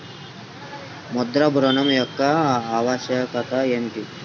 ముద్ర ఋణం యొక్క ఆవశ్యకత ఏమిటీ?